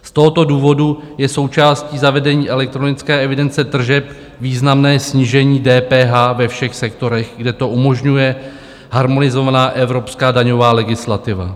Z tohoto důvodu je součástí zavedení elektronické evidence tržeb významné snížení DPH ve všech sektorech, kde to umožňuje harmonizovaná evropská daňová legislativa.